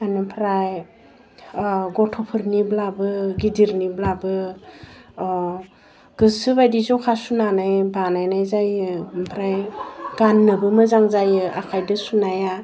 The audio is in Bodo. बिनिफ्राय गथ'फोरनिब्लाबो गिदिरनिब्लाबो गोसो बायदि जखा सुनानै बानायनाय जायो ओमफ्राय गान्नोबो मोजां जायो आखाइजों सुनाया